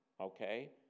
okay